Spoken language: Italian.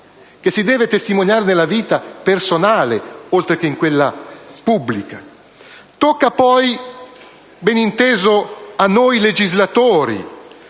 che si deve testimoniare nella vita personale, oltre che in quella pubblica. Tocca, poi, beninteso, a noi legislatori,